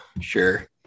Sure